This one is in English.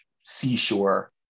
seashore